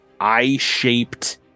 eye-shaped